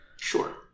sure